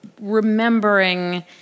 remembering